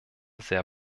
sehr